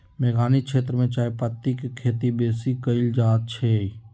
मेघौनी क्षेत्र में चायपत्ति के खेती बेशी कएल जाए छै